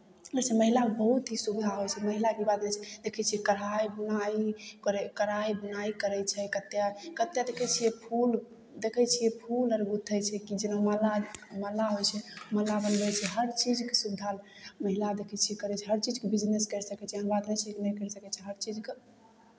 ओहिसँ महिलाकेँ बहुत ही सुविधा होइ छै महिलाके ई बात नहि छै देखै छियै कढ़ाइ बुनाइ करै कढ़ाइ बुनाइ करै छै कतेक कतेक देखै छियै फूल देखै छियै फूल अर गुथै छै कि छै ने माला महंगा होइ छै माला बनबै छै हर चीजके सुविधा महिला देखै छियै करै छै हर चीजके बिजनेस करि सकै छै छै एहन बात नहि छै नहि करि सकै छै हर चीजके